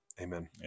amen